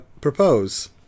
propose